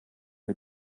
wir